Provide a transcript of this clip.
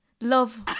love